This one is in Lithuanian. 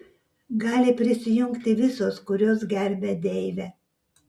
gali prisijungti visos kurios gerbia deivę